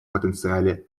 потенциале